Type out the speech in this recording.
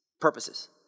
purposes